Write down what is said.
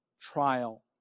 trial